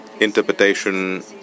interpretation